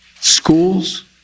schools